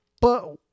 But-